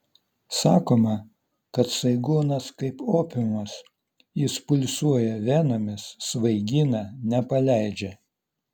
sakoma kad saigonas kaip opiumas jis pulsuoja venomis svaigina nepaleidžia